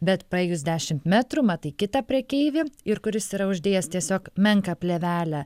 bet praėjus dešimt metrų matai kitą prekeivį ir kuris yra uždėjęs tiesiog menką plėvelę